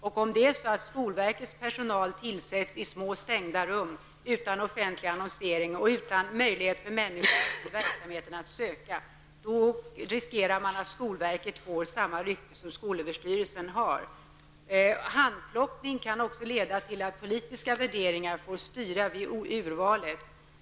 Om skolverkets personal tillsätts i små, stängda rum utan offentlig annonsering och utan möjlighet för människor utanför verksamheten att söka, riskerar man att skolverket får samma rykte som skolöverstyrelsen. Handplockning kan också leda till att politiska värderingar får styra vid urvalet.